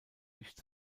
nicht